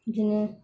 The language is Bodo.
बिदिनो